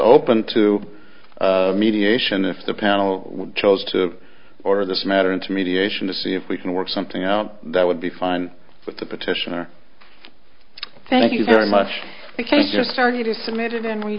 open to mediation if the panel chose to order this matter into mediation to see if we can work something out that would be fine with the petitioner thank you very much the case just argued is submitted and we